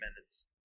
minutes